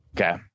Okay